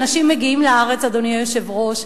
אנשים מגיעים לארץ, אדוני היושב-ראש,